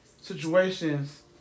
situations